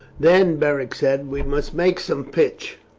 then, beric said, we must make some pitch.